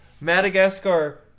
Madagascar